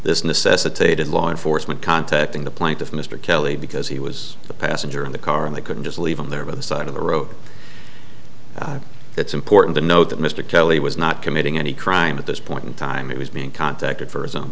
this necessitated law enforcement contacting the plaintiff mr kelly because he was the passenger in the car and they couldn't just leave him there by the side of the road it's important to note that mr kelly was not committing any crime at this point in time it was being contacted for his own